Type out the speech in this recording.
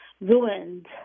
ruined